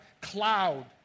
cloud